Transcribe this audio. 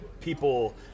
people